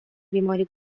بیماری